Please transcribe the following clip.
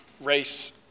race